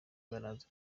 baraza